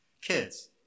kids